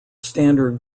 standard